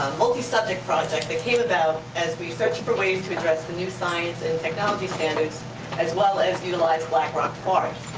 multi-subject project that came about as we've searched for ways to address the new science and technology standards as well as utilize black rock forest.